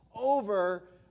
over